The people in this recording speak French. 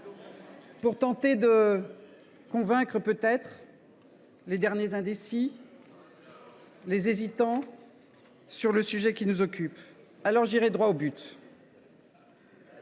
pour tenter de convaincre les derniers indécis, les hésitants sur le sujet qui nous occupe. J’irai donc droit au but.